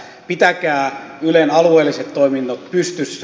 pitäkää ylen alueelliset toiminnot pystyssä